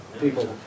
people